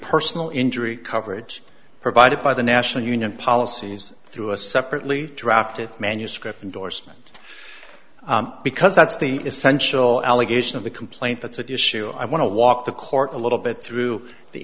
personal injury coverage provided by the national union policies through a separately drafted manuscript indorsement because that's the essential allegation of the complaint that's at issue i want to walk the court a little bit through the